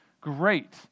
Great